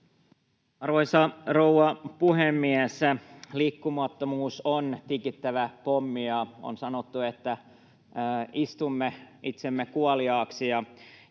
Arvoisa rouva puhemies! Liikkumattomuus on tikittävä pommi, ja on sanottu, että istumme itsemme kuoliaaksi.